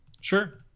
sure